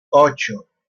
ocho